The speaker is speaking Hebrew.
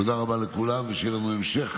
תודה רבה לכולם, ושיהיה לנו לילה